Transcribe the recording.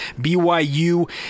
BYU